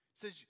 Says